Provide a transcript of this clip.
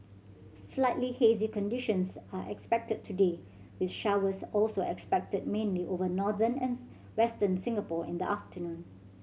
slightly hazy conditions are expected today with showers also expected mainly over northern and Western Singapore in the afternoon